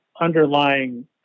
underlying